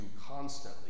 constantly